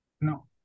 No